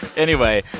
anyway,